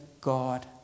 God